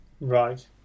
Right